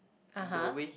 (aha)